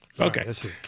Okay